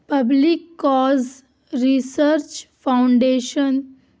public cause research foundation